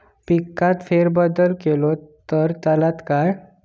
पिकात फेरबदल केलो तर चालत काय?